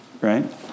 right